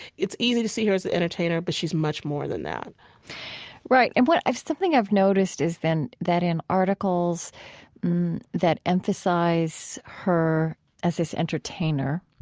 it's easy to see her as an entertainer, but she's much more than that right. and what something i've noticed is then that in articles that emphasize her as this entertainer,